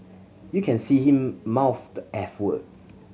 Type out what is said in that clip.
you can see him mouth the eff word